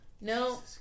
No